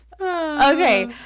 Okay